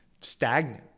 stagnant